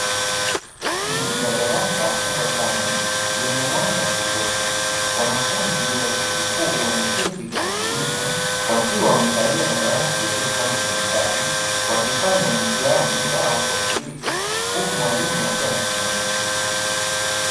Ndani ya darasa kubwa sana lenye mwanga wa kutosha, wanafunzi wa chuo kikuu wameketi kwa utulivu, wakiwa wamekalia madawati yaliyopangwa kwa mstari, wakifanya mitihani yao kwa utulivu, huku mwalimu akiwa anasimamia.